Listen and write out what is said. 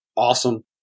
Awesome